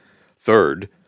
Third